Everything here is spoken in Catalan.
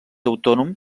autònom